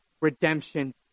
redemption